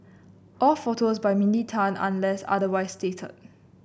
all photos by Mindy Tan unless otherwise stated